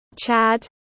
Chad